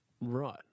Right